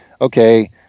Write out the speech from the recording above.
okay